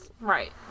right